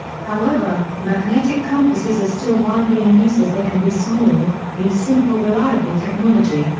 however, magnetic compasses are still widely in use as they can be small, use simple reliable technology,